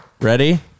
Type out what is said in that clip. Ready